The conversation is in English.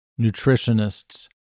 nutritionists